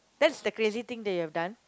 that's the crazy thing that you have done